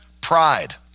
Pride